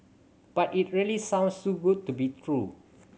but it really sounds too good to be true